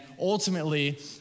ultimately